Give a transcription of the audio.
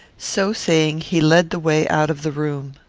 so saying, he led the way out of the room.